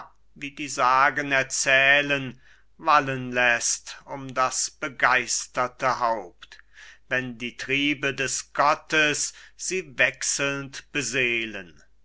wie die sagen erzählen wallen läßt um das begeisterte haupt wenn die triebe des gottes sie wechselnd beseelen